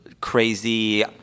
crazy